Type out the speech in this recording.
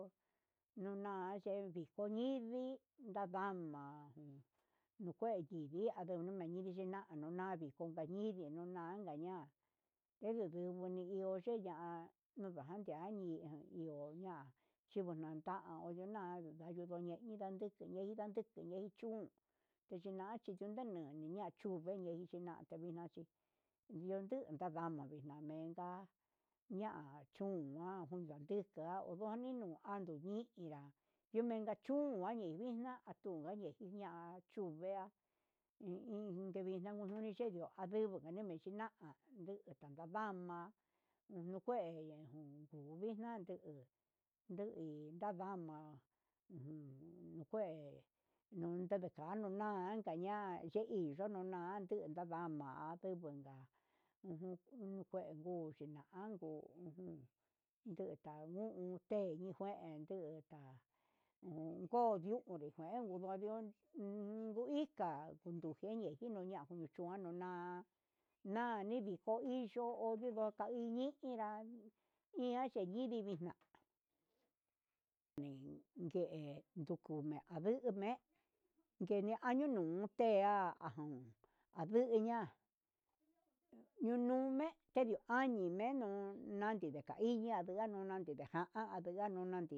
Ho yuna'a ndeviko ñini ndadama nuu kue ñindii, adu nayendi nuna navijon nindii unanka ña'a evii ninio yeña'a nundajan ndia nii ndio na'a chibun nda'a na'a nunguu nina yiki neinda tinen chún, yeyina'a chinunke nii niña yuveni nixhi ña'a ndetevina chí ndiundu tandama vinime'i ta ña'a chonguan junkandika nunini nako ni iha nunkachún nani yixna antunga yejinia chún ve'a i iin devixna kununi chendió andingui nune china'a, ndu'u ndadama hu kue nduvixna chinuu chindama ujun, nuu kue tanda ndanuu na'a nanka na'a ye'e inio na'a tunadama ndeven ujun vee uu, ndaguu ujun nunanu teni ngué endio nga nguo niuré en kuen ningarió unku ika, tujani nuña nuna na ni ndiko iñuu onduu nuka iñii, ian inra chindini vixna'a nike nduku nanian me'e nguenio anuniuté nda'a anduña'a unio, me'e tendio añio me'e nuu nani n dika iña ndekanuna nadii nika jan nikanuña.